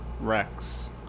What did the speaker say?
Rex